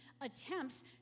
attempts